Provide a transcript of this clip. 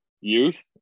Youth